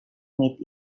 meat